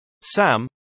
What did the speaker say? Sam